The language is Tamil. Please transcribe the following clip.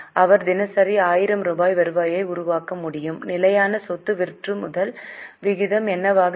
அவர் தினசரி 1000 ரூபாய் வருவாயை உருவாக்க முடியும் நிலையான சொத்து விற்றுமுதல் விகிதம் என்னவாக இருக்கும்